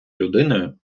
людиною